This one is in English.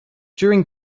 during